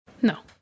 No